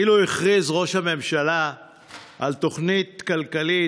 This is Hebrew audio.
אילו הכריז ראש הממשלה על תוכנית כלכלית